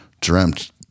dreamt